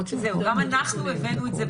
הם רוצים --- גם אנחנו הבאנו את זה.